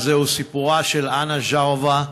זוהי סיפורה של אנה ז'רבה,